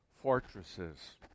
fortresses